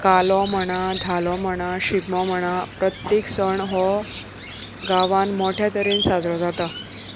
कालो म्हणा धालो म्हणा शिगमो म्हणा प्रत्येक सण हो गांवान मोठ्या तरेन साजरो जाता